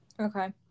okay